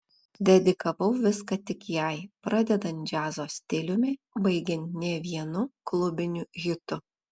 dedikavau viską tik jai pradedant džiazo stiliumi baigiant ne vienu klubiniu hitu